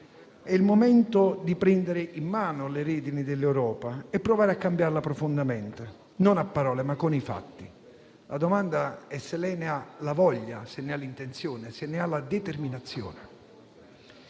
È il momento di prendere in mano le redini dell'Europa e provare a cambiarla profondamente, non a parole, ma con i fatti. La domanda è se lei ne ha la voglia, se ne ha l'intenzione e se ne ha la determinazione.